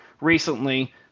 recently